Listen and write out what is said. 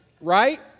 Right